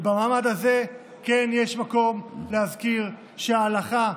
במעמד הזה כן יש מקום להזכיר שההלכה,